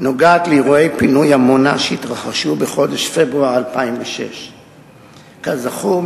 נוגע לאירועי פינוי עמונה שהתרחשו בחודש פברואר 2006. כזכור,